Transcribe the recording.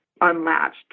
unlatched